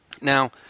Now